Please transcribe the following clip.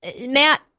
Matt